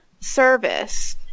service